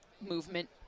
movement